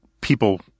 people